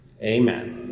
Amen